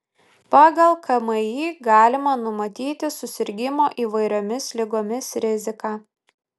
pagal kmi galima numatyti susirgimo įvairiomis ligomis riziką